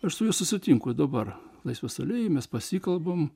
aš su juo sutinkuir dabar laisvės alėjoj mes pasikalbam